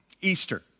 Easter